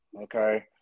okay